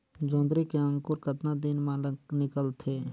जोंदरी के अंकुर कतना दिन मां निकलथे?